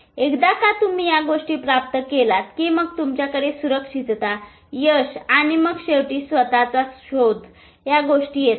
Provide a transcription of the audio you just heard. एकदा का तुम्ही या गोष्टी प्राप्त केलात की मग तुमच्याकडे सुरक्षितता यश आणि मग शेवटी स्वतःचा शोध या गोष्टी येतात